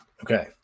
Okay